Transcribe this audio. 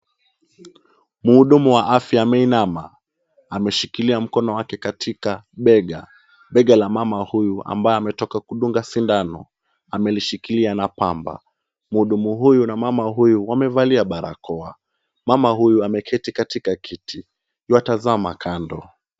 Mhudumu wa afya ameinama. Ameshikilia mkono wake katika bega. Bega la mama huyu ambaye ametoka kudunga sindano. Amelishikilia na pamba. Mhudumu huyu na mama huyu wamevalia barakoa. Mama huyu ameketi katika kiti. Yuatazama kando.